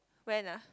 when ah